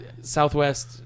Southwest